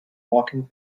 walking